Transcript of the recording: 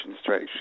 stretch